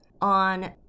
on